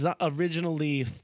originally